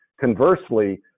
Conversely